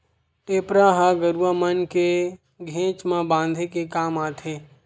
टेपरा ह गरुवा मन के घेंच म बांधे के काम आथे